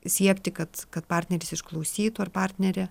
siekti kad kad partneris išklausytų ar partnerė